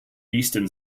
eastern